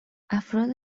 افراد